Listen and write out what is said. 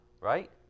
right